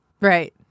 Right